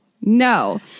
no